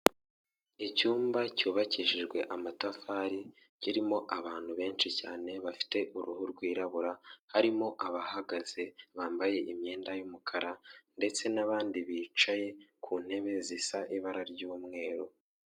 Icyumba cyubakishijwe amatafari, kirimo abantu benshi cyane bafite uruhu rwirabura, harimo abahagaze bambaye imyenda y'umukara, ndetse n'abandi bicaye ku ntebe zisa ibara ry'umweru.